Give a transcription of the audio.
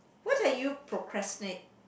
what are you procrastinate